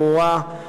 ברורה,